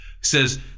says